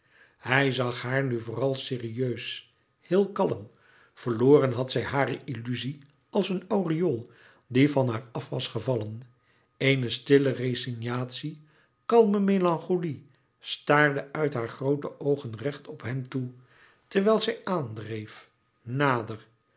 hij zag haar nu vooral serieus heel kalm verloren had zij hare illuzie als een aureool die van haar af was gevallen een stille resignatie kalme melancholie staarde uit haar groote oogen recht op hem toe terwijl zij aandreef nader